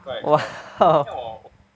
!wow!